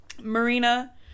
Marina